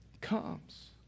comes